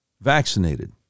vaccinated